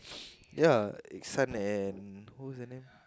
ya it's son and who is the name